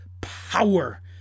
power